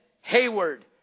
Hayward